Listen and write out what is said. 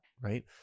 right